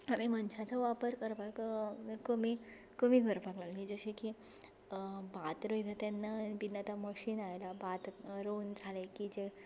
आमी मनशाचो वापर करपाक कमी कमी करपाक लागलीं जशीं की भात रोयता तेन्ना बी आतां मशीन आयलां भात रोवन जालें की जें भात